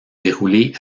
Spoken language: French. déroulé